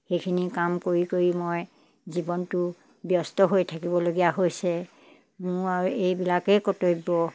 সেইখিনি কাম কৰি কৰি মই জীৱনটো ব্যস্ত হৈ থাকিবলগীয়া হৈছে মোৰ আৰু এইবিলাকেই কৰ্তব্য